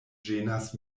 ĝenas